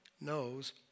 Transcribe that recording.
knows